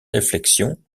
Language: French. réflexions